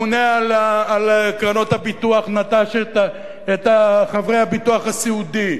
הממונה על קרנות הביטוח נטש את חברי הביטוח הסיעודי.